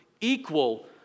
equal